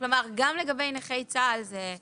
כלומר גם לגבי נכי צה"ל זה החריג.